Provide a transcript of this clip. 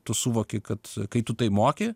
tu suvoki kad kai tu tai moki